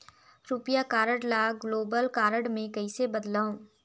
रुपिया कारड ल global card मे कइसे बदलव?